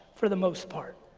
for the most part.